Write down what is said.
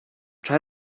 try